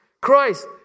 Christ